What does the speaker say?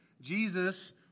Jesus